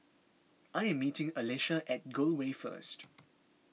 I am meeting Alesha at Gul Way first